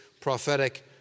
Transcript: prophetic